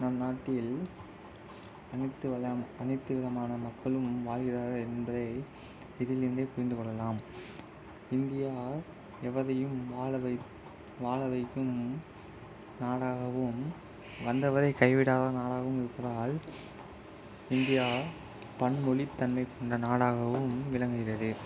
நம் நாட்டில் அனைத்து வகையான அனைத்து விதமான மக்களும் வாழ்கிறார்கள் என்பதை இதிலிருந்தே புரிந்து கொள்ளலாம் இந்தியா எவரையும் வாழவைக் வாழவைக்கும் நாடாகவும் வந்தவரை கைவிடாத நாடாகவும் இருப்பதால் இந்தியா பன்மொழி தன்மை கொண்ட நாடகவும் விளங்குகிறது